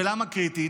ולמה קריטית?